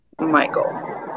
Michael